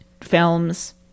films